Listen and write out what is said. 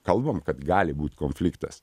kalbam kad gali būt konfliktas